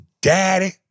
daddy